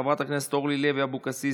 חברת הכנסת אורלי לוי אבקסיס,